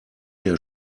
herr